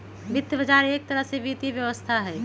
वित्त बजार एक तरह से वित्तीय व्यवस्था हई